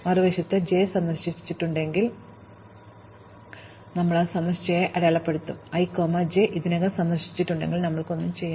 മറുവശത്ത് j സന്ദർശിച്ചിട്ടില്ലെങ്കിൽ ഞങ്ങൾ അത് സന്ദർശിച്ചതായി അടയാളപ്പെടുത്തുകയും പിന്നീട് പര്യവേക്ഷണം ചെയ്യാനുള്ള ക്യൂ ചേർക്കുകയും ചെയ്യും